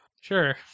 sure